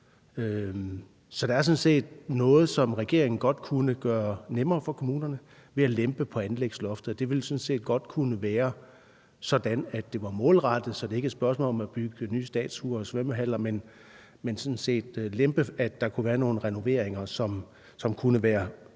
Så der er sådan set noget, som regeringen godt kunne gøre nemmere for kommunerne ved at lempe på anlægsloftet. Det ville godt kunne være sådan, at det var målrettet, så det ikke var et spørgsmål om at bygge nye statuer og svømmehaller, men om at lempe, så der kunne være nogle renoveringer, som kunne være